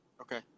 Okay